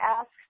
ask